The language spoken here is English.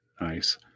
nice